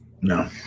No